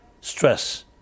stress